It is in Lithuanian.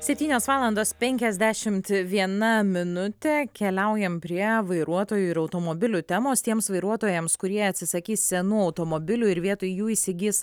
septynios valandos penkiasdešimt viena minutė keliaujame prie vairuotojų ir automobilių temos tiems vairuotojams kurie atsisakys senų automobilių ir vietoj jų įsigis